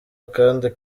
akandi